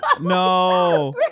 No